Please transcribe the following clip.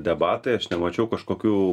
debatai aš nemačiau kažkokių